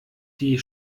die